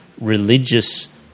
religious